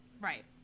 right